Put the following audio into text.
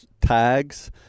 tags